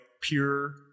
pure